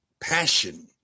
passion